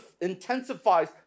intensifies